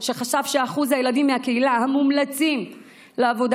שחשב ששיעור הילדים מהקהילה המומלצים לעבודת